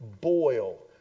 boil